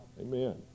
amen